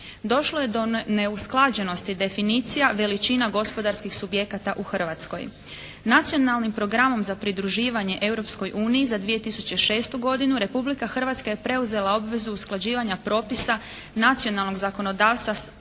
došlo je do neusklađenosti definicija veličina gospodarskih subjekata u Hrvatskoj. Nacionalnim programom za pridruživanje Europskoj uniji za 2006. godinu Republika Hrvatska je preuzela obvezu usklađivanja propisa nacionalnog zakonodavstva